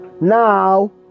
now